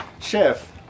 Chef